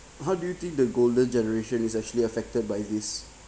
how do you think the golden generation is actually affected by this